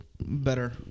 better